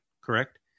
correct